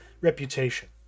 reputation